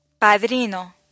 padrino